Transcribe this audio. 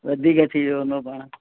वधीक थी वियो हूंदो